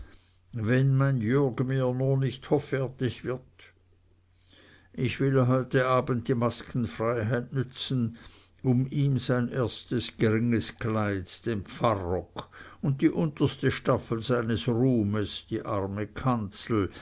wenn mein jürg mir nur nicht hoffärtig wird ich will heute abend die maskenfreiheit benützen um ihm sein erstes geringes kleid den pfarrock und die unterste staffel seines ruhms die arme kanzel